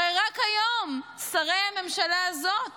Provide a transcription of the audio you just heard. הרי רק היום שרי הממשלה הזאת